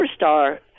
superstar